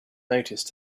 noticed